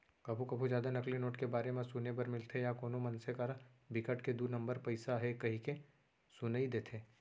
कभू कभू जादा नकली नोट के बारे म सुने बर मिलथे या कोनो मनसे करा बिकट के दू नंबर पइसा हे कहिके सुनई देथे